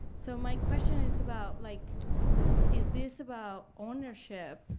so my question is about, like is this about ownership,